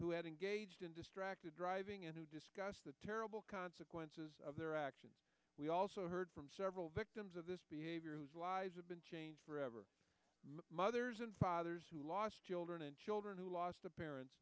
who had engaged in distracted driving and to discuss the terrible consequences of their actions we also heard from several victims of this behavior whose lives have been changed forever mothers and fathers who lost children and children who lost their parents